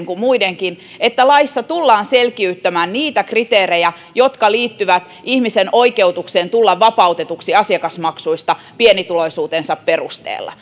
kuin muidenkin näkökulmasta sitä että laissa tullaan selkiyttämään niitä kriteerejä jotka liittyvät ihmisen oikeutukseen tulla vapautetuksi asiakasmaksuista pienituloisuutensa perusteella